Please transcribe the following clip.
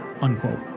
unquote